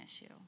issue